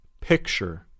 picture